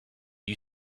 you